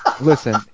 listen